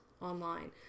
online